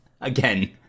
again